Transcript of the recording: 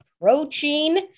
approaching